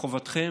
וחובתכם